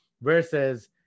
Versus